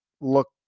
look